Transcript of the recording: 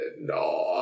No